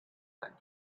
that